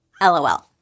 LOL